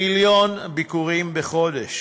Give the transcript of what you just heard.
מיליון ביקורים בחודש